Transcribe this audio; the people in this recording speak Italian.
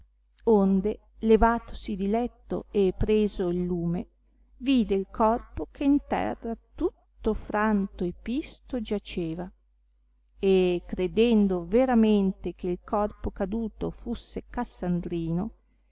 onde levatosi di letto e preso il lume vide il corpo che in terra tutto franto e pisto giaceva e credendo veramente che'l corpo caduto fusse cassandrino